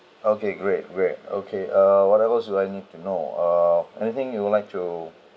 okay great great okay uh whatever so I need to know uh anything you would like to